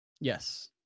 Yes